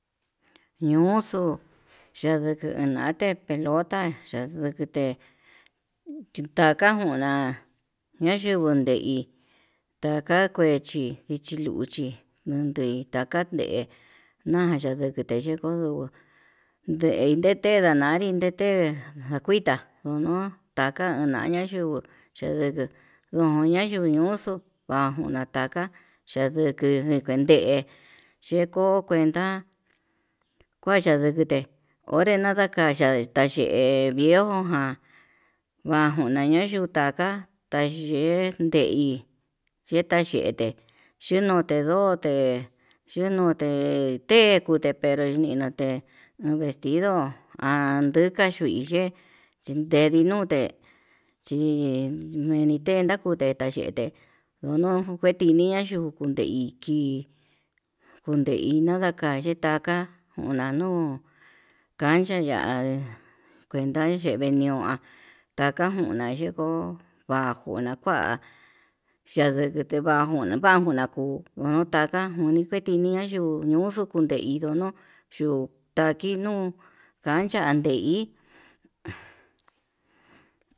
Ñoo xuu ñani kundate pelota, ndukute chinkata kuna'a nayungu ngue taka kuna'a lichi luchi takatei nada ndikiti yukuu ndei ndete ndandi ndete kuita ndono ndakan ñana yuu, yenduu onña ñonuxo naduu nataka yuduku kui nde yeko kué kuenta kuaya ndukute onre nada kaya tayee, nde viejo ján vanguna yuu tuka ta'a yei ndei xhenda yete xhino ndedote yenuu tete pero ndingate vestido han ndika yui teye chindedi nute, chindaku nachina ndenkute ndono kuetiniña yuku ndeiki kuu kuina ndakaye taka una nuu cancha ya'a kuenta yee veño'a ndakanguna yeko'o va'a kuna'a kua yendekete va'a nguna kuu uun taka uni kuia ñuxuu kundei indono yuu taki nuu ndancha nde'í.